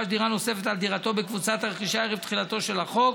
דירה נוספת על דירתו בקבוצת הרכישה ערב תחילתו של החוק,